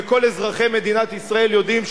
וכל אזרחי מדינת ישראל יודעים,